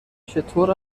چطور